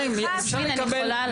אנחנו גם מציאותיים.